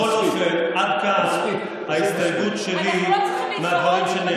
בכל אופן, עד כאן ההסתייגות שלי מהדברים שנאמרו.